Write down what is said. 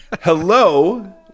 hello